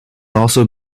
also